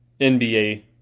NBA